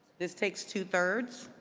this takes two-thirds.